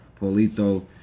Polito